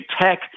tech